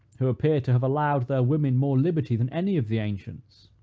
who appear to have allowed their women more liberty than any of the ancients,